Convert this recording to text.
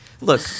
look